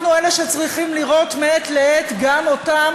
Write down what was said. אנחנו אלה שצריכים לראות מעת לעת גם אותם